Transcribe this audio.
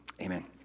amen